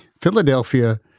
Philadelphia